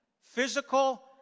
Physical